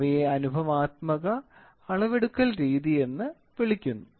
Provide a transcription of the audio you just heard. അതിനാൽ അവയെ അനുഭവാത്മക അളവെടുക്കൽ രീതി എന്ന് വിളിക്കുന്നു